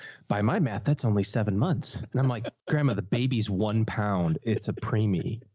by my math, that's only seven months. and i'm like, grandma, the baby's one pound. it's a preemie.